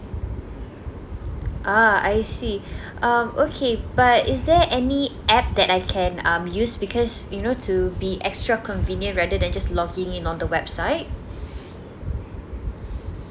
ah I see um okay but is there any A_P_P that I can um use because you know to be extra convenient rather than just logging in on the website